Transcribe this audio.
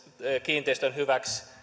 kiinteistön hyväksi